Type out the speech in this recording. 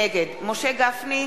נגד משה גפני,